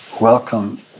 welcome